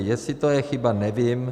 Jestli to je chyba, nevím.